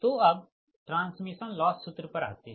तो आगे transmission loss सूत्र पर आते है